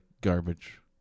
garbage